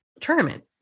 tournament